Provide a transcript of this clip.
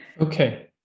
okay